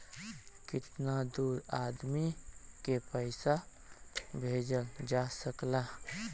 कितना दूर आदमी के पैसा भेजल जा सकला?